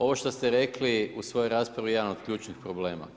Ovo što ste rekli u svojoj raspravi je jedan od ključnih problema.